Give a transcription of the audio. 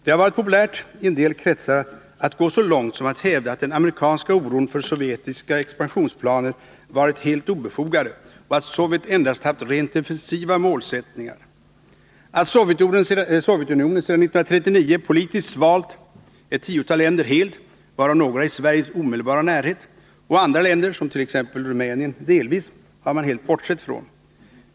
Det har varit populärt i en del kretsar att gå så långt som att hävda att den amerikanska oron för sovjetiska expansionsplaner varit helt obefogad och att Sovjet endast haft rent defensiva målsättningar. Att Sovjetunionen sedan 1939 politiskt svalt ett tiotal länder helt, varav några i Sveriges omedelbara närhet, och andra länder — t.ex. Rumänien — delvis har man helt bortsett från.